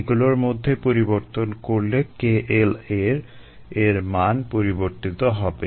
এগুলোর মধ্যে পরিবর্তন করলে kLa এর মান পরিবর্তিত হবে